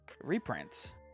reprints